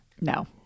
No